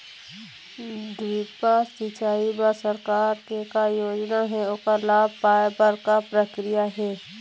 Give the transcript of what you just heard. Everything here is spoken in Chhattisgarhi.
ड्रिप सिचाई बर सरकार के का योजना हे ओकर लाभ पाय बर का प्रक्रिया हे?